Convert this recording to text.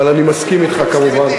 אבל אני מסכים אתך כמובן.